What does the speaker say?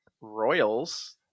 Royals